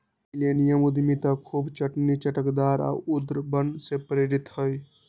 millennium उद्यमिता खूब खटनी, लचकदार आऽ उद्भावन से प्रेरित हइ